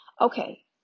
Okay